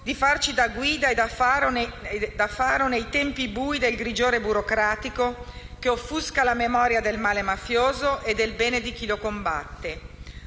di farci da guida e da faro nei tempi bui del grigiore burocratico che offusca la memoria del male mafioso e del bene di chi lo combatte.